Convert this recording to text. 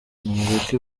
nimureke